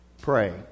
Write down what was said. Pray